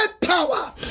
power